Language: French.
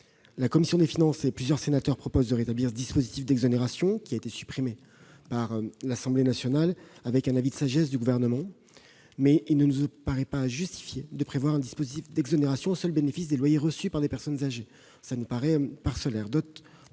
La commission des finances et plusieurs sénateurs proposent de rétablir ce dispositif d'exonération, qui a été supprimé par l'Assemblée nationale avec un avis de sagesse du Gouvernement. Il ne nous semble pas justifié de prévoir un dispositif d'exonération au seul bénéfice des personnes âgées. D'autres publics, telles